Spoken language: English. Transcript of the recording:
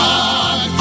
God